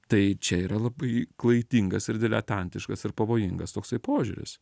tai čia yra labai klaidingas ir diletantiškas ir pavojingas toksai požiūris